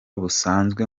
busanzwe